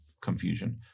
confusion